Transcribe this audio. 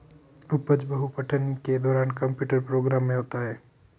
उपज बहु पठन के दौरान कंप्यूटर प्रोग्राम में होता है